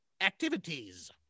activities